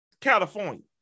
California